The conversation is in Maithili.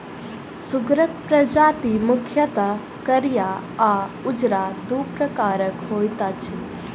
सुगरक प्रजाति मुख्यतः करिया आ उजरा, दू प्रकारक होइत अछि